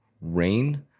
rain